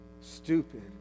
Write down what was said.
Stupid